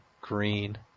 green